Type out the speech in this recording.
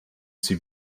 sie